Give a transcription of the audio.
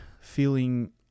feeling